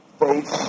face